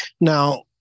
now